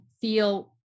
feel